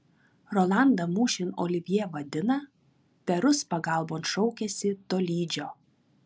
rolandą mūšin olivjė vadina perus pagalbon šaukiasi tolydžio